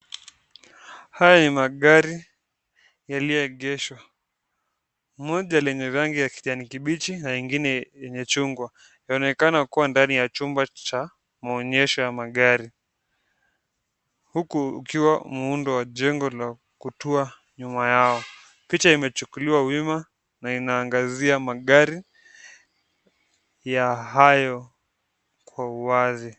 Haya ni magari yalioegeshwa, moja lenye rangi kijani kibichi na ingine yenye chungwa, inaonekana kuwa ndani ya chumba cha maonyesho ya magari, huku ukiwa muundo wa jengo la kutua nyuma yao, picha imechukuliwa wema na inaangazia magari ya hayo kwa uwazi.